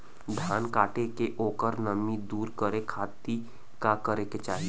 धान कांटेके ओकर नमी दूर करे खाती का करे के चाही?